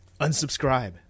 Unsubscribe